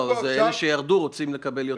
אלה שירדו רוצים לקבל יותר.